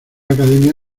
academia